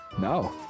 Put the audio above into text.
No